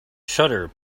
shudder